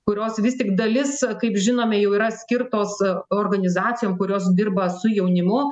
kurios vis tik dalis kaip žinome jau yra skirtos organizacijom kurios dirba su jaunimu